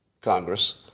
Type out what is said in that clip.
Congress